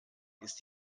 ist